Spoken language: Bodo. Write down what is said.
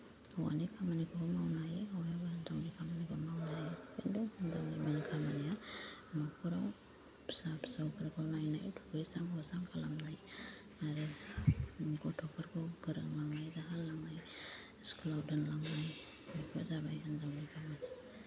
हौवानि खामानिखौबो मावनो हायो हौवायाबो हिनजावनि खामानिखौ मावनो हायो थेवबो हिनजावनि खामानिया नखराव फिसा फिसौफोरखौ नायनाय दुगैस्रां लोबस्रां खालामनाय आरो गथ'फोरखौ फोरोंलांनाय जाहोलांनाय इसकुलाव दोनलांनाय बेफोर जाबाय हिनजावनि खामानि